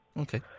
Okay